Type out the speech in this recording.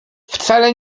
wcale